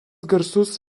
garsus